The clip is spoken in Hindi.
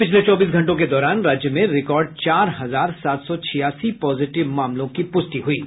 पिछले चौबीस घंटों के दौरान राज्य में रिकॉर्ड चार हजार सात सौ छियासी पॉजिटिव मामलों की पुष्टि हुई है